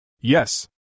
Yes